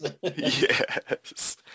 Yes